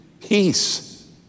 peace